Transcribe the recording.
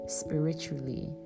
spiritually